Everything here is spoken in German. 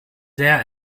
sehr